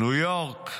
ניו יורק: